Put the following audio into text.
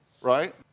Right